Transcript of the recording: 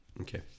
Okay